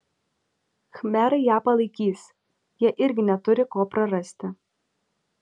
khmerai ją palaikys jie irgi neturi ko prarasti